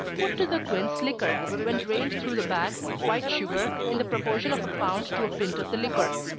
put to the quince liquor, when drained through the bag, white sugar, in the proportion of a pound to a pint of the liquor.